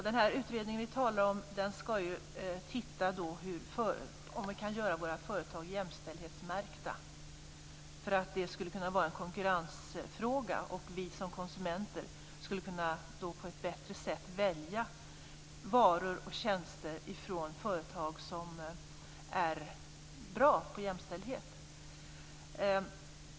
Herr talman! Utredningen som vi talar om ska ju se över om det går att göra företagen jämställdhetsmärkta, för det skulle kunna vara en konkurrensfråga. Vi som konsumenter skulle då lättare kunna välja varor och tjänster från företag som är bra på jämställdhet.